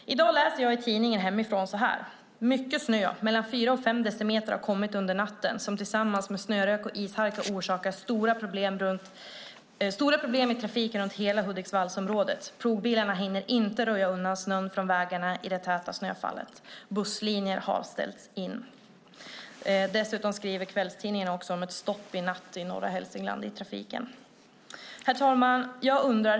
I dag läser jag i tidningen hemifrån: Mycket snö, mellan fyra och fem decimeter, har kommit under natten. Tillsammans med snörök och ishalka orsakar det stora problem i trafiken i hela Hudiksvallsområdet. Plogbilarna hinner inte röja undan snön från vägarna i det täta snöfallet. Busslinjer har ställts in. Kvällstidningarna skriver om ett stopp i trafiken i norra Hälsingland i natt. Herr talman!